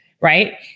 right